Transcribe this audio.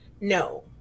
No